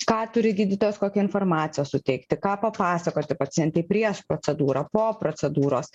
ką turi gydytojas kokią informaciją suteikti ką papasakoti pacientei prieš procedūrą po procedūros